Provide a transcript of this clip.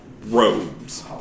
robes